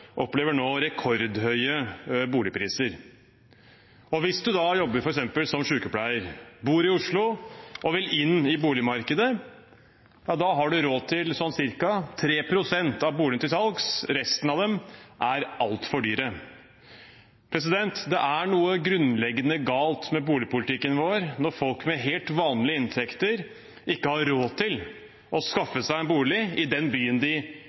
opplever nå rekordhøye boligpriser. Hvis man da jobber som f.eks. sykepleier, bor i Oslo og vil inn i boligmarkedet, har man råd til ca. 3 pst. av boligene som er til salgs. Resten av dem er altfor dyre. Det er noe grunnleggende galt med boligpolitikken vår når folk med helt vanlige inntekter ikke har råd til å skaffe seg en bolig i den byen de